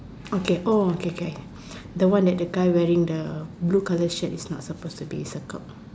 okay oh okay okay the one that the guy wearing the blue color shirt is not supposed to be circled